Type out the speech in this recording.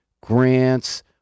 grants